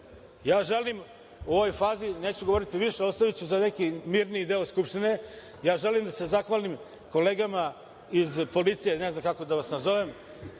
Srbiju. Želim u ovoj fazi, neću govoriti više, ostaviću za neki mirniji deo Skupštine, da se zahvalim kolegama iz policije, ne znam kako da vas nazovem,